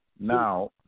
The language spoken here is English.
Now